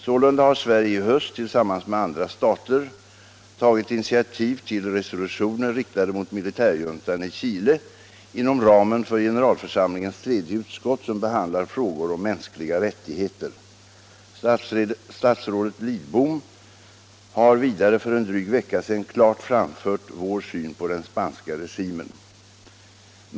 Sålunda har Sverige i höst, tillsammans med andra stater, tagit initiativ till resolutioner riktade mot militärjuntan i Chile inom ramen för generalförsamlingens tredje utskott som behandlar frågor om mänskliga rättigheter. Statsrådet Lidbom har vidare för en dryg vecka sedan klart framfört vår syn på den spanska regimen.